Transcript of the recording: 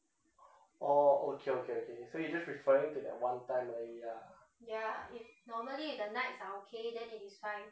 orh okay okay okay so you just referring to that one time 而已 ah